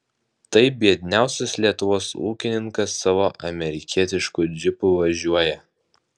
tai biedniausias lietuvos ūkininkas savo amerikietišku džipu važiuoja